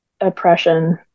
oppression